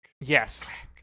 yes